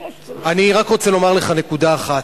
אני רק רוצה לומר לך נקודה אחת: